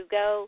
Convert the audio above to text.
go